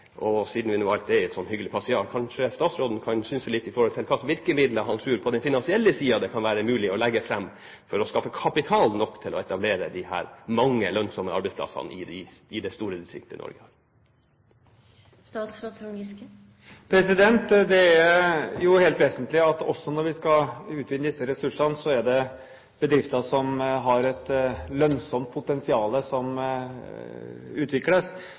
Og siden vi nå har en slik hyggelig passiar, kanskje statsråden kan synse litt om hvilke virkemidler på den finansielle siden han tror det kan være mulig å legge fram, for å skaffe kapital nok til å etablere de mange lønnsomme arbeidsplassene i det store distriktet Norge? Det er helt vesentlig at det også når vi skal utvinne disse ressursene, er bedrifter som har et lønnsomt potensial, som utvikles.